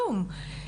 כלום.